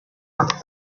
off